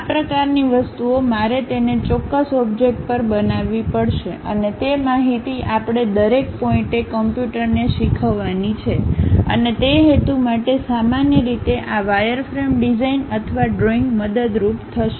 આ પ્રકારની વસ્તુઓ મારે તેને ચોક્કસ ઓબ્જેક્ટ પર બનાવવી પડશે અને તે માહિતી આપણે દરેક પોઇન્ટએ કમ્પ્યુટરને શીખવવાની છે અને તે હેતુ માટે સામાન્ય રીતે આ વાયરફ્રેમ ડિઝાઇન અથવા ડ્રોઇંગ મદદરૂપ થશે